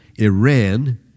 Iran